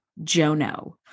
Jono